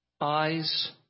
eyes